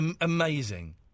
Amazing